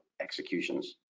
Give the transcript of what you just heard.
executions